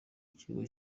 kigo